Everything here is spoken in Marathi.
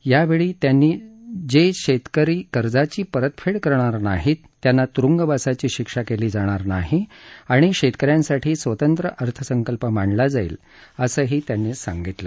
यावेळी त्यांनी जे शेतकरी कर्जाची परतफेड करणार नाहीत त्यांना तुरूंगवासाची शिक्षा केली जाणार नाही आणि शेतकऱ्यांसाठी स्वतंत्र अर्थसंकल्प मांडला जाईल असंही सांगितलं